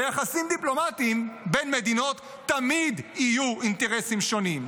ביחסים דיפלומטיים בין מדינות תמיד יהיו אינטרסים שונים,